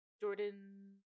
Jordan